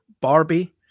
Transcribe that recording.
Barbie